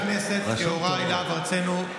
חבר הכנסת יוראי להב הרצנו,